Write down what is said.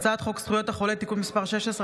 הצעת חוק זכויות החולה (תיקון מס' 16),